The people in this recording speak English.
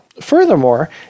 Furthermore